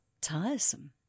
tiresome